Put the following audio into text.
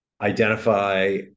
identify